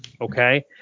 Okay